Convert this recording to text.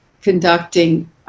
conducting